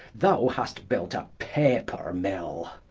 thou hast built a paper-mill.